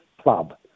Club